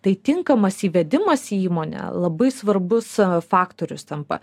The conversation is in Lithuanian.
tai tinkamas įvedimas į įmonę labai svarbus faktorius tampa